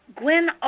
Gwen